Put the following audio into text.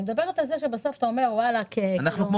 אני מדברת על כך שבסוף אתה אומר: וואלה --- אנחנו כמו